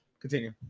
Continue